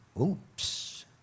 oops